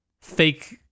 fake